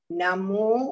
Namo